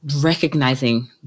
recognizing